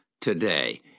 today